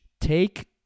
Take